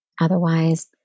Otherwise